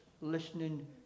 listening